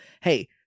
hey